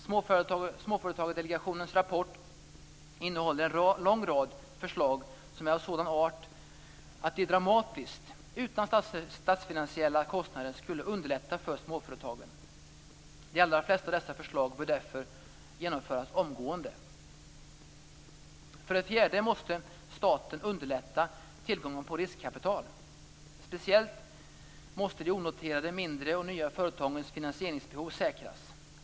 Småföretagsdelegationens rapport innehåller en lång rad förslag som är av sådan art att de dramatiskt, utan statsfinansiella kostnader, skulle underlätta för småföretagen. De allra flesta av dessa förslag bör därför genomföras omgående. För det fjärde måste staten underlätta tillgången på riskkapital. Speciellt måste de onoterade mindre och nya företagens finansieringsbehov säkras.